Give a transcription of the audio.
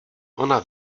ona